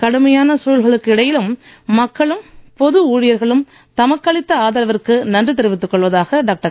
கடுமையான சூழல்களுக்கு இடையிலும் மக்களும் பொது ஊழியர்களும் தமக்கு அளித்த ஆதரவிற்கு நன்றி தெரிவித்துக் கொள்வதாக டாக்டர்